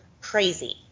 Crazy